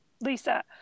lisa